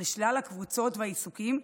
על שלל הקבוצות והעיסוקים,